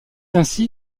ainsi